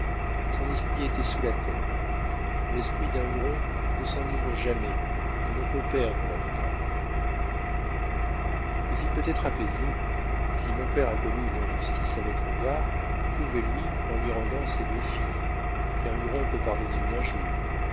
son esprit était sous la terre l'esprit d'un huron ne s'enivre jamais il ne peut perdre la mémoire mais il peut être apaisé si mon père a commis une injustice à votre égard prouvez lui en lui rendant ses deux filles qu'un huron peut pardonner une injure